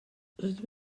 rydw